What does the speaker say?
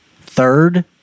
Third